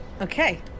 Okay